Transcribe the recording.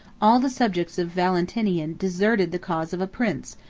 all the subjects of valentinian deserted the cause of a prince,